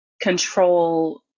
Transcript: control